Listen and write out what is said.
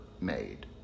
made